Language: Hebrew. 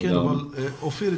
אופיר,